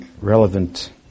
relevant